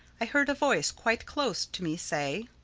i heard a voice quite close to me say,